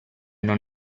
non